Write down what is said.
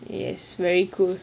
is very good